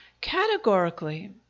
categorically